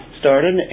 started